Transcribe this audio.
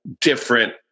different